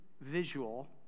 visual